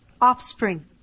offspring